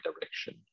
direction